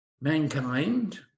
mankind